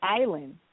island